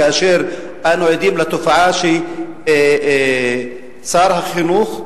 כאשר אנו עדים לתופעה ששר החינוך,